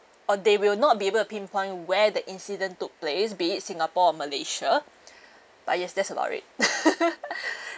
uh they will not be able to pinpoint where the incident took place be it singapore or malaysia but yes that's about it